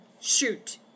shoot